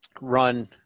run